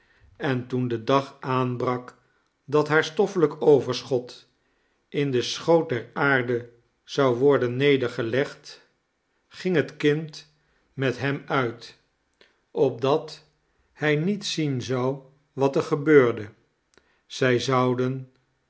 en toen de dag aanbrak dat haar stoffelijk overschot in den schoot der aarde zou worden nedergelegd ging het kind met hem uit opdat hij niet zien zou wat er gebeurde zij zouden